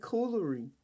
Coolery